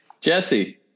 Jesse